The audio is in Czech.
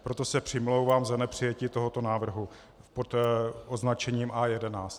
Proto se přimlouvám za nepřijetí tohoto návrhu pod označením A11.